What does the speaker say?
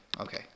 Okay